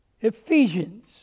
Ephesians